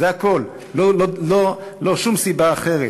זה הכול, לא שום סיבה אחרת.